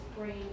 brain